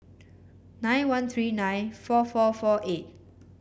nine one three nine four four four eight